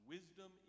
Wisdom